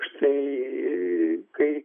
štai kai